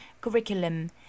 curriculum